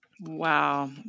Wow